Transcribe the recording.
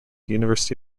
university